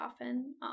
often